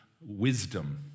wisdom